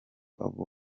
abo